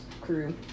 crew